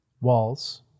Walls